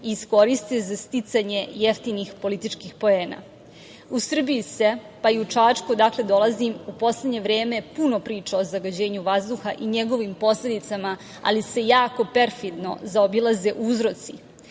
i iskoriste za sticanje jeftinih političkih poena.U Srbiji se, pa i u Čačku u poslednje vreme se puno priča o zagađenju vazduha i njegovim posledicama, ali se jako perfidno zaobilaze uzroci